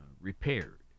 repaired